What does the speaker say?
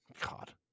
god